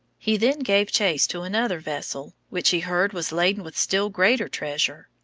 he then gave chase to another vessel, which he heard was laden with still greater treasure.